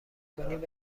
کنید